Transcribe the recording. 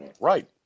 Right